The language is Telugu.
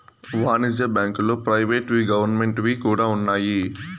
వాణిజ్య బ్యాంకుల్లో ప్రైవేట్ వి గవర్నమెంట్ వి కూడా ఉన్నాయి